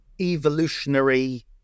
evolutionary